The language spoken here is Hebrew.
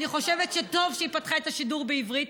אני חושבת שטוב שהיא פתחה את השידור בעברית.